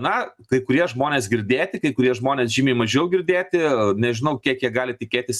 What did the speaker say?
na kai kurie žmonės girdėti kai kurie žmonės žymiai mažiau girdėti nežinau kiek jie gali tikėtis